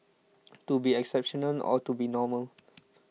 to be exceptional or to be normal